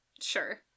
Sure